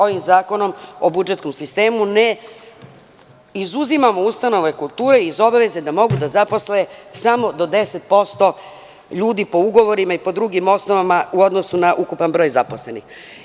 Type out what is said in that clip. Ovim zakonom o budžetskom sistemu ne izuzimamo ustanove kulture iz obaveze da mogu da zaposle samo do 10% ljudi po ugovorima i po drugim osnovama u odnosu na ukupan broj zaposlenih.